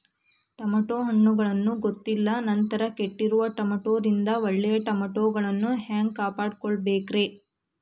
Tomato ಹಣ್ಣುಗಳನ್ನ ಗೊತ್ತಿಲ್ಲ ನಂತರ ಕೆಟ್ಟಿರುವ ಟಮಾಟೊದಿಂದ ಒಳ್ಳೆಯ ಟಮಾಟೊಗಳನ್ನು ಹ್ಯಾಂಗ ಕಾಪಾಡಿಕೊಳ್ಳಬೇಕರೇ?